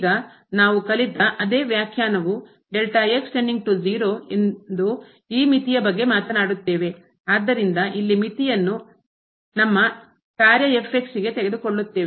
ಈಗ ನಾವು ಕಲಿತ ಅದೇ ವ್ಯಾಖ್ಯಾನವು ಎಂದು ಈ ಮಿತಿಯ ಬಗ್ಗೆ ಮಾತನಾಡುತ್ತೇವೆ ಆದ್ದರಿಂದ ಇಲ್ಲಿ ಮಿತಿಯನ್ನು ನಮ್ಮ ಕಾರ್ಯ ಗೆ ತೆಗೆದುಕೊಳ್ಳುತ್ತೇವೆ